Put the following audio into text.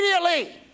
immediately